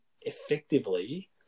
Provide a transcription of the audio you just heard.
effectively